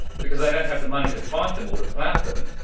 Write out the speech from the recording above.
because they don't have the money to fight them or to flout them.